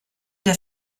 der